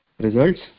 results